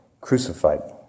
crucified